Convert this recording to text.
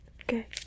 okay